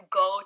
go